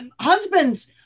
husbands